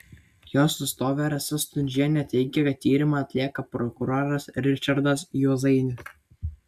jos atstovė rasa stundžienė teigė kad tyrimą atlieka prokuroras ričardas juozainis